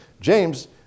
James